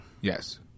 Yes